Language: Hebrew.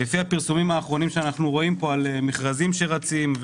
הפרסומים האחרונים שאנחנו רואים פה על מכרזים שרצים,